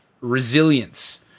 resilience